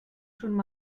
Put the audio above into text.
schon